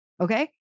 Okay